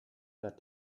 that